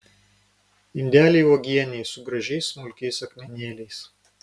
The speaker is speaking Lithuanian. indelį uogienei su gražiais smulkiais akmenėliais